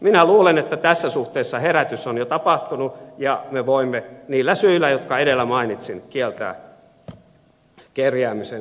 minä luulen että tässä suhteessa herätys on jo tapahtunut ja me voimme niillä syillä jotka edellä mainitsin kieltää kerjäämisen suomessa